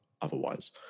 otherwise